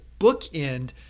bookend